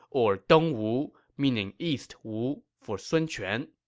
or dongwu, meaning east wu, for sun quan